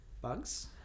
Bugs